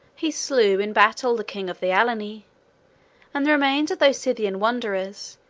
he slew, in battle, the king of the alani and the remains of those scythian wanderers,